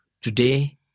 Today